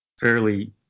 fairly